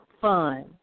fun